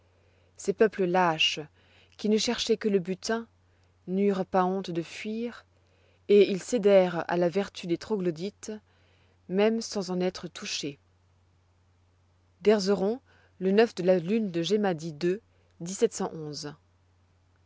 ces peuples lâches qui ne cherchoient que le butin n'eurent pas honte de fuir et ils cédèrent à la vertu des troglodytes même sans en être touchés d'erzeron le de la lune de gemmadi